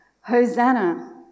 Hosanna